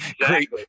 Great